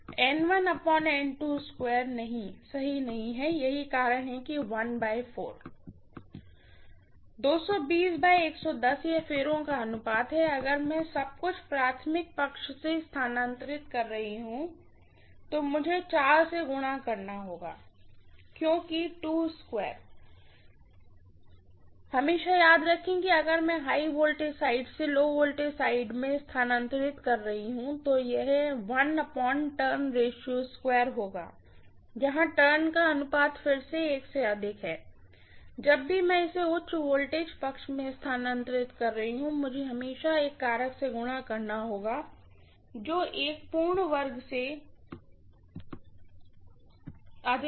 professor नहीं सही नहीं यही कारण है कि प्रोफेसर यह फेरों का अनुपात है अगर मैं सब कुछ प्राइमरीसाइड में स्थानांतरित कर रही हूँ तो मुझेसे गुणा करना होगा क्यूंकि हमेशा याद रखें कि अगर मैं हाई वोल्टेज साइड से लो वोल्टेज साइड में स्थानांतरित कर रही हूँ तो यह होग जहां टर्न का अनुपात फिर से से अधिक है जब भी मैं इसे उच्च वोल्टेज साइड में स्थानांतरित कर रही हूँ मुझे हमेशा एक कारक से गुणा करना होगा जो 1 पूर्ण वर्ग से अधिक है